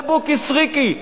אבל זה בוקי סריקי,